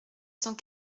cent